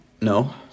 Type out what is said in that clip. No